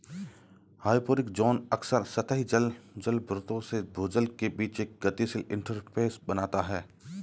hyporheic zone अक्सर सतही जल जलभृतों से भूजल के बीच एक गतिशील इंटरफ़ेस बनाता है